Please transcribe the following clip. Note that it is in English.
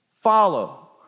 follow